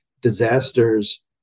disasters